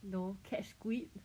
no catch squids